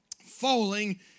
falling